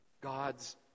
God's